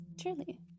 Truly